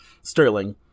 Sterling